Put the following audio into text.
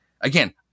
again